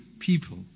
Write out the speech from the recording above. people